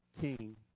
king